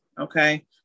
okay